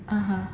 (uh huh)